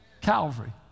Calvary